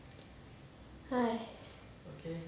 !hais!